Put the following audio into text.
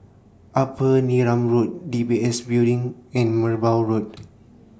Upper Neram Road D B S Building and Merbau Road